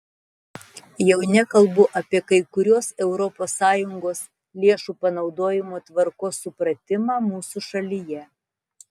jau nekalbu apie kai kuriuos europos sąjungos lėšų panaudojimo tvarkos supratimą mūsų šalyje